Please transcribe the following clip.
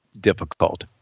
difficult